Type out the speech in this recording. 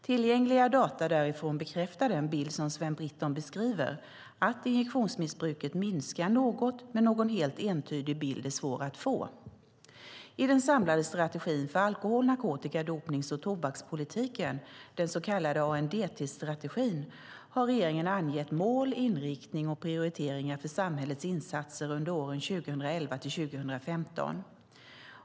Tillgängliga data därifrån bekräftar den bild som Sven Britton beskriver, det vill säga att injektionsmissbruket minskar något, men någon helt entydig bild är svår att få. I den samlade strategin för alkohol-, narkotika-, dopnings och tobakspolitiken, den så kallade ANDT-strategin, har regeringen angett mål, inriktning och prioriteringar för samhällets insatser under åren 2011-2015.